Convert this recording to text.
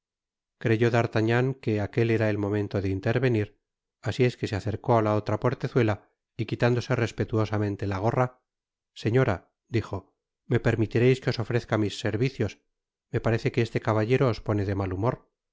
creyó d'artagnan que aquel era el momento de intervenir asi es que se acercó á la otra portezuela y quitándose respetuosamente la gorra señora dijo me permitireis que os ofrezca mis servicios me parece que este caballero os pone de mal humor